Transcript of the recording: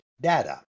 data